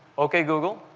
okay, google,